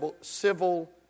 Civil